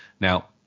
Now